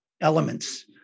elements